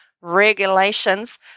regulations